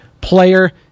player